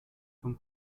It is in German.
vom